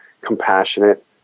compassionate